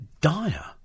dire